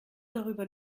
darüber